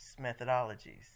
methodologies